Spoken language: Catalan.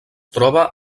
troba